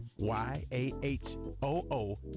Y-A-H-O-O